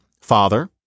father